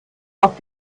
auf